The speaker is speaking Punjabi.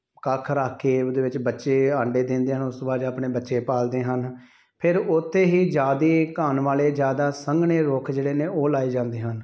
ਕੱਖ ਰੱਖ ਕੇ ਉਹਦੇ ਵਿੱਚ ਬੱਚੇ ਆਂਡੇ ਦਿੰਦੇ ਹਨ ਉਸ ਤੋਂ ਬਾਅਦ ਜਾ ਆਪਣੇ ਬੱਚੇ ਪਾਲਦੇ ਹਨ ਫਿਰ ਉੱਥੇ ਹੀ ਜ਼ਿਆਦਾ ਘਣ ਵਾਲੇ ਜ਼ਿਆਦਾ ਸੰਘਣੇ ਰੁੱਖ ਜਿਹੜੇ ਨੇ ਉਹ ਲਾਏ ਜਾਂਦੇ ਹਨ